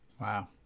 Wow